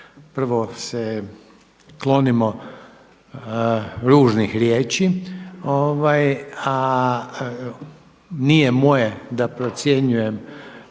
prvo se klonimo ružnih riječi, a nije moje da procjenjujem